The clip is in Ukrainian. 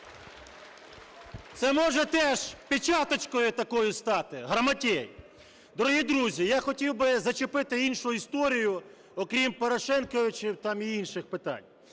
це може теж печаточкою такою стати. Грамотєй! Дорогі друзі, я хотів би зачепити іншу історію, окрім "Порошенковичів" там і інших питань.